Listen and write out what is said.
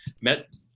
met